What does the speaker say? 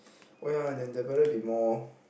oh ya and there better be more